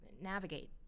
navigate